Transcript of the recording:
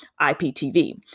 IPTV